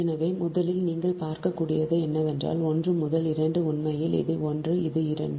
எனவே முதலில் நீங்கள் பார்க்கக்கூடியது என்னவென்றால் 1 முதல் 2 உண்மையில் இது 1 இது 2